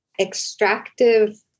Extractive